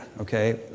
okay